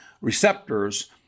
receptors